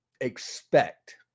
expect